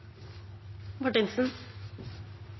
var den